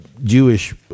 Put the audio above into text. jewish